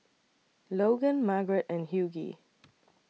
Logan Margarette and Hughey